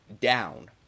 down